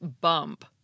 bump